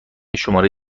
شماره